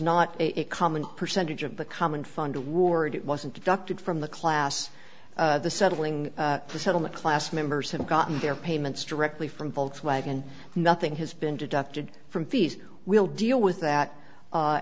not a common percentage of the common fund award it wasn't adopted from the class the settling for settlement class members have gotten their payments directly from volkswagen nothing has been deducted from fees we'll deal with that